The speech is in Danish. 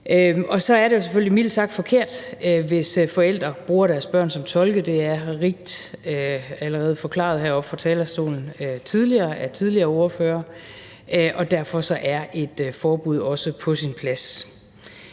Så er det jo selvfølgelig mildt sagt forkert, hvis forældre bruger deres børn som tolke. Det er allerede rigt forklaret heroppe fra talerstolen af tidligere ordførere. Derfor er et forbud også på sin plads.